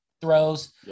throws